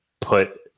put